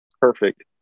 perfect